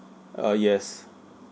uh yes